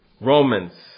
Romans